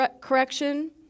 correction